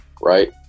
right